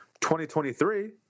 2023